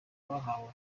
bahawe